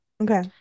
Okay